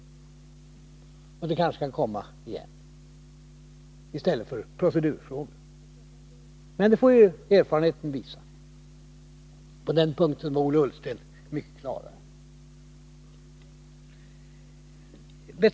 Det kommer kanske att bli så igen i stället för resonemang om procedurfrågor. Men det får erfarenheten visa. På den punkten var Ola Ullsten mycket klarare.